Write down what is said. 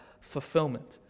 fulfillment